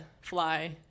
fly